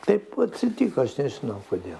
taip atsitiko aš nežinau kodėl